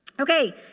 Okay